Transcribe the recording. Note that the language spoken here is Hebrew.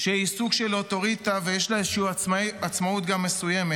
שהיא סוג של אוטוריטה ויש לה עצמאות מסוימת.